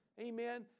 Amen